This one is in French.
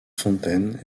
fontaine